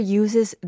uses